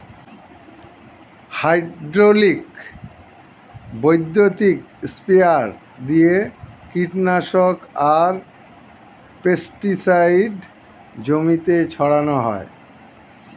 hydraulic বৈদ্যুতিক sprayer দিয়ে কীটনাশক আর পেস্টিসাইড জমিতে ছড়ান হয়